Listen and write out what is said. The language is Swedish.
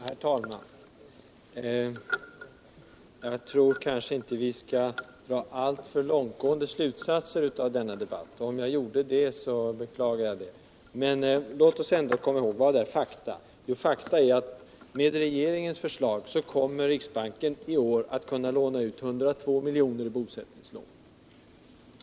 Herr talman! Jag tror kanske att vi inte skall dra alltför långtgående slutsatser av denna debatt. Om jag gjorde det beklagar jag det. Låt oss ändå komma ihåg: Vad är fakta? Jo, fakta är att med regeringens förslag kommer riksbanken i år att kunna låna ut 102 milj.kr. i bosättningslån.